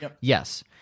Yes